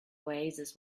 oasis